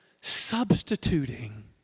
substituting